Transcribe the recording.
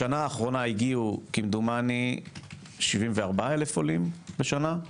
בשנה האחרונה הגיעו כמדומני 74,000 עולים בשנה.